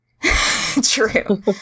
true